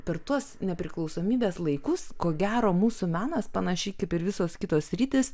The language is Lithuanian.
per tuos nepriklausomybės laikus ko gero mūsų menas panašiai kaip ir visos kitos sritys